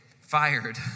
fired